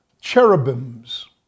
cherubims